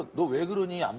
be able to and yeah